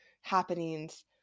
happenings